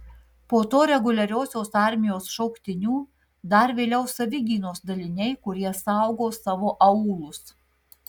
po to reguliariosios armijos šauktinių dar vėliau savigynos daliniai kurie saugo savo aūlus